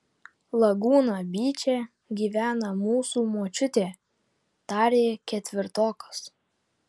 lagūna byče gyvena mūsų močiutė tarė ketvirtokas